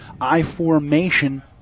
I-formation